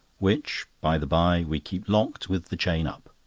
which, by-the-by, we keep locked with the chain up.